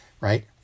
right